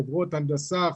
חברות הנדסה,